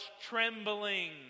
trembling